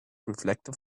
reflective